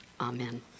amen